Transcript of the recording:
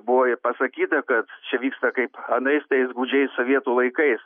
buvo ir pasakyta kad čia vyksta kaip anais tais gūdžiais sovietų laikais